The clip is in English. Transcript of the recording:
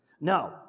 No